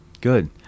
Good